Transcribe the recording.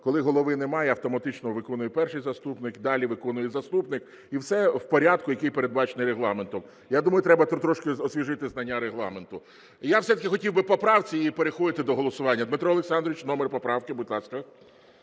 Коли Голови немає, автоматично виконує Перший заступник, далі виконує заступник, і все в порядку, який передбачений Регламентом. Я думаю, треба трошки освіжити знання Регламенту. Я все-таки хотів би по правці і переходити до голосування. Дмитро Олександрович, номер поправки, будь ласка.